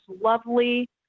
lovely